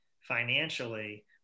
financially